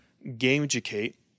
game-educate